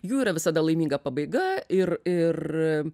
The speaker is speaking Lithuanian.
jų yra visada laiminga pabaiga ir ir